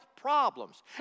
problems